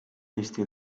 eesti